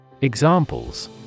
Examples